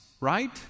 right